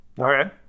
Okay